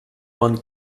one